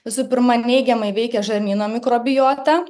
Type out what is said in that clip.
visų pirma neigiamai veikia žarnyno mikrobijotą